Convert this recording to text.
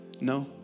No